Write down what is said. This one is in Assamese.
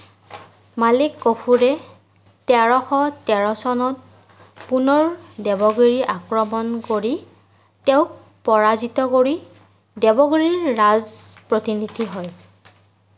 মালিক কফুৰে তেৰশ তেৰ চনত পুনৰ দেৱগিৰি আক্ৰমণ কৰি তেওঁক পৰাজিত কৰি দেৱগিৰিৰ ৰাজ প্ৰতিনিধি হয়